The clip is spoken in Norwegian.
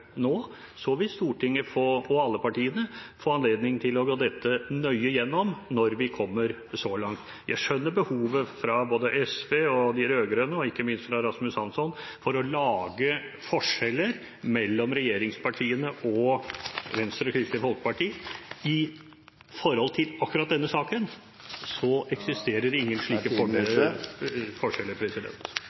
nå. Så vil Stortinget – og alle partiene – få anledning til å gå nøye gjennom dette når vi kommer så langt. Jeg skjønner behovet til SV, de rød-grønne og ikke minst Rasmus Hansson for å lage forskjeller mellom regjeringspartiene og Venstre og Kristelig Folkeparti. I denne saken eksisterer det ingen slike forskjeller.